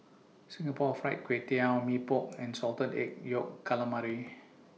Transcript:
Singapore Fried Kway Tiao Mee Pok and Salted Egg Yolk Calamari